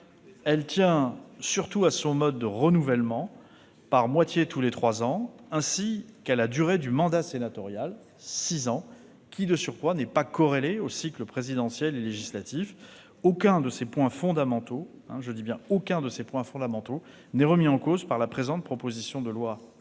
Sénat tient surtout à son mode de renouvellement, par moitié tous les trois ans, ainsi qu'à la durée du mandat sénatorial, six ans, lequel n'est pas corrélé aux cycles présidentiel et législatif. Aucun de ces points fondamentaux n'est remis en cause par la présente proposition de loi